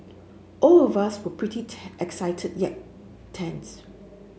all of us were pretty excited yet tense